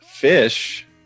Fish